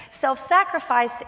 self-sacrifice